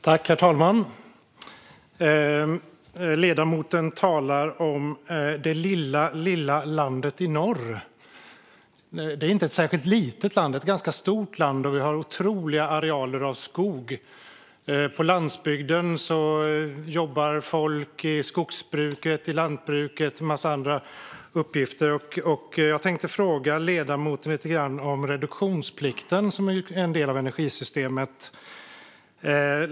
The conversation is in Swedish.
Herr talman! Ledamoten talar om det lilla, lilla landet i norr. Det är inte ett särskilt litet land. Det är ett ganska stort land, och vi har otroliga arealer av skog. På landsbygden jobbar folk i skogsbruket, i lantbruket och med en massa andra uppgifter. Jag tänkte fråga ledamoten om reduktionsplikten, som är en del av energisystemet.